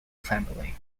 family